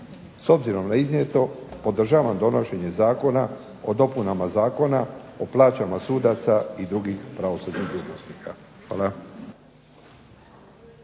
S obzirom na iznijeto podržavam donošenje Zakona o dopunama Zakona o plaćama sudaca i drugih pravosudnih dužnosnika. Hvala.